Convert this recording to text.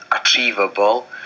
achievable